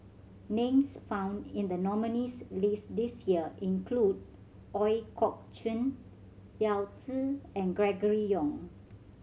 names found in the nominees' list this year include Ooi Kok Chuen Yao Zi and Gregory Yong